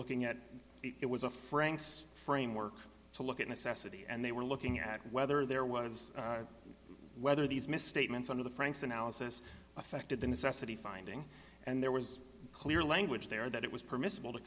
looking at it was a franks framework to look at necessity and they were looking at whether there was whether these misstatements under the franks analysis affected the necessity finding and there was clear language there that it was permissible to